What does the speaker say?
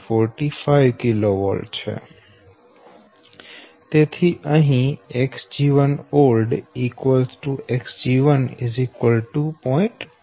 45 kV હવે અહી Xg1 old Xg1 0